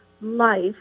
Life